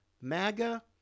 MAGA